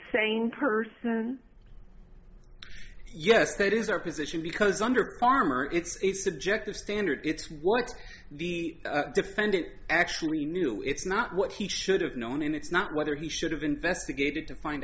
same person yes that is our position because under armor it's a subjective standard it's what the defendant actually knew it's not what he should have known and it's not whether he should have investigated to find